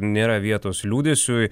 nėra vietos liūdesiui